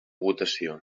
votació